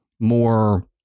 more